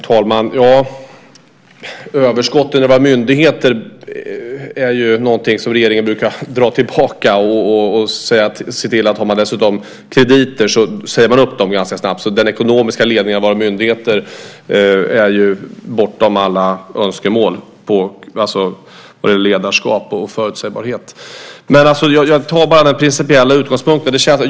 Herr talman! Överskott i våra myndigheter är någonting som regeringen brukar dra tillbaka, och har de krediter säger man upp dem ganska snart. Den ekonomiska ledningen av våra myndigheter är bortom alla önskemål vad gäller ledarskap och förutsebarhet. Jag tar den principiella utgångspunkten.